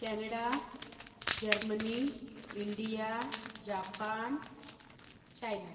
Canada Germany India Japan China